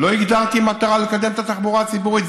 לא הגדרתי מטרה לקדם את התחבורה הציבורית?